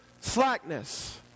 slackness